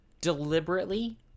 deliberately